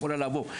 יכולה לבוא.